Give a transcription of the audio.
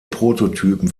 prototypen